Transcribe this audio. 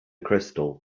crystal